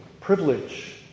privilege